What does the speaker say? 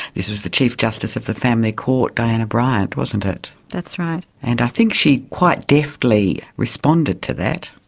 this was the chief justice of the family court diana bryant, wasn't it. that's right. and i think she quite deftly responded to that.